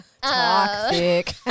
toxic